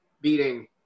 beating –